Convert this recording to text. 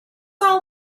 all